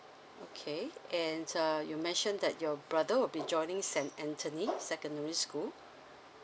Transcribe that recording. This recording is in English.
okay and uh you mentioned that your brother would be joining saint anthony secondary school